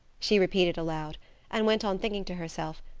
she repeated, aloud and went on thinking to herself,